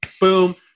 boom